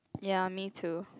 ya me too